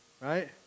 right